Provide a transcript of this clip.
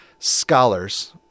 Scholars